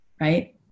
right